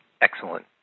Excellent